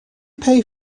pay